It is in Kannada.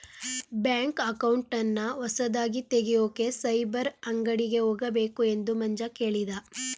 ಬ್ಯಾಂಕ್ ಅಕೌಂಟನ್ನ ಹೊಸದಾಗಿ ತೆಗೆಯೋಕೆ ಸೈಬರ್ ಅಂಗಡಿಗೆ ಹೋಗಬೇಕು ಎಂದು ಮಂಜ ಕೇಳಿದ